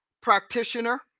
Practitioner